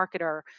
marketer